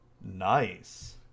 Nice